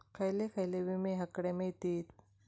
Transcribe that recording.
खयले खयले विमे हकडे मिळतीत?